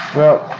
well,